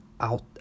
out